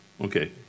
Okay